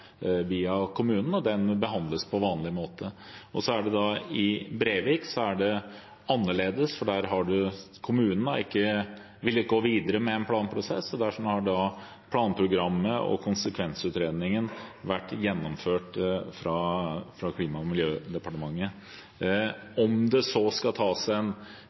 kommunen, og den behandles på vanlig måte. I Brevik er det annerledes fordi kommunen ikke har villet gå videre med en planprosess, og derfor har planprogrammet og konsekvensutredningen vært gjennomført fra Klima- og miljødepartementet. Om det skal tas en